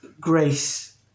grace